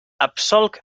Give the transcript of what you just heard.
absolc